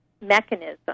mechanism